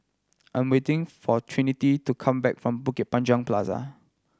I'm waiting for Trinity to come back from Bukit Panjang Plaza